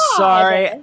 sorry